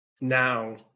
now